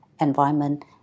environment